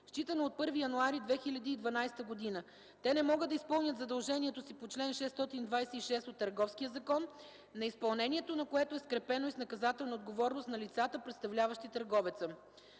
считано от 1 януари 2012 г., те не могат да изпълнят задължението си по чл. 626 от Търговския закон, неизпълнението на което е скрепено и с наказателна отговорност на лицата, представляващи търговеца.